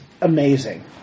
amazing